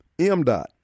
MDOT